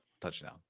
Touchdown